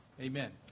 amen